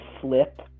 flip